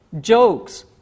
jokes